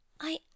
I